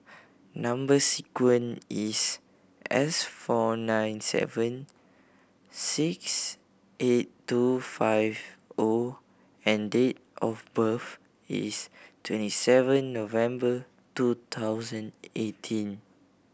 number sequence is S four nine seven six eight two five O and date of birth is twenty seven November two thousand eighteen